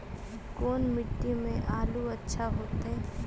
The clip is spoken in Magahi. कोन मट्टी में आलु अच्छा होतै?